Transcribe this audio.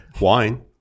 Wine